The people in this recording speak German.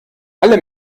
alle